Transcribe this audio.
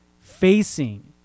facing